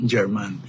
German